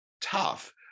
tough